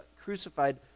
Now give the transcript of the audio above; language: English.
crucified